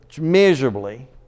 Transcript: miserably